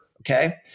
okay